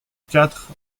quatre